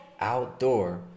outdoor